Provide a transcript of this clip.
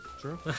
true